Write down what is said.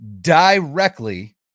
directly